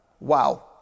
Wow